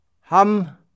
Ham